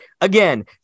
Again